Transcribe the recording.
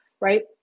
Right